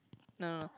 no no no